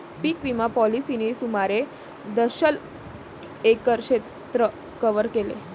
पीक विमा पॉलिसींनी सुमारे दशलक्ष एकर क्षेत्र कव्हर केले